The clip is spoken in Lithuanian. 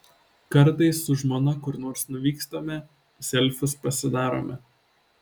kartais su žmona kur nors nuvykstame selfius pasidarome